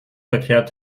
verkehrt